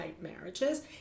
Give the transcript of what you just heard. marriages